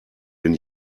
den